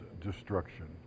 destruction